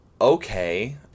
okay